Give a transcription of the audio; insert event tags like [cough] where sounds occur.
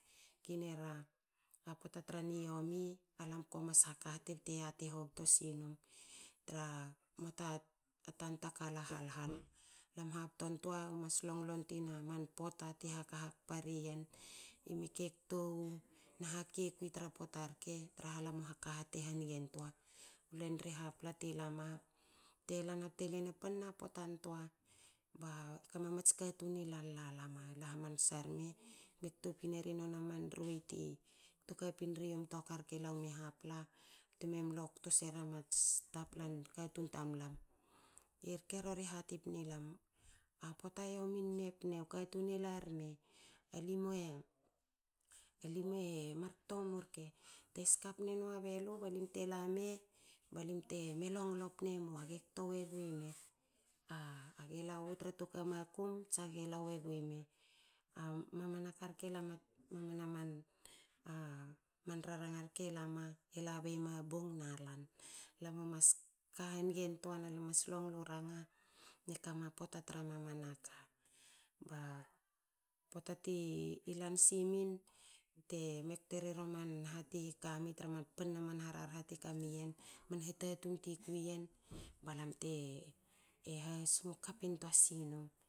Kinera a pota tra niomi alam ko mas haka hete bte yati hobto sinum. Traha man ta tanta aka la halhal lam hak pan toa mas longlon tina man pota te haka hakpa rien. ime ke tko wu na hake kui tra pota traha lamu kaka the hangentoa. len ri hapla ti lama. bte lana te lama. te lama. te lana. te lana panna potan toaba kama mats katun i lama. lahamansa rme tme ktopin era nona man rueiti kto kapin riyu mtokarke laomi hapla. tme mlo kto sera mats taplan katun tamlam. irke rori hati pni lam. a pota yominua pne. u katun e larme, [unintelligible] a limne markto mu rke te ska pne a belu. ba limte lame ba limte me longlo pne mu. ge kto wegui me. A. [hesitation] gela wogu tra tuaku makum tsa tsa ge lagnu ime. A mamana ka rke lama man man raranga rke lama [unintelligible] bong na lan. Lamu mas ka hanigantoa na lam u mas longu ranga ne kama pota tra mamanats hati kami tra man panna man rarhati kami yen man hitatung ti ti kti yen balam te hasingo kap intua sinum